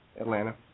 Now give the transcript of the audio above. Atlanta